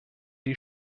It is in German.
die